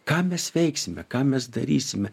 ką mes veiksime ką mes darysime